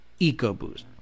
EcoBoost